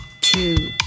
two